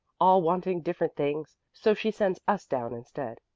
all wanting different things. so she sends us down instead.